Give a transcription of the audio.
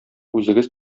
үзегез